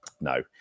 no